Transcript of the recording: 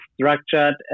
structured